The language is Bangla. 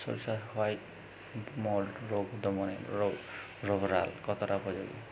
সরিষার হোয়াইট মোল্ড রোগ দমনে রোভরাল কতটা উপযোগী?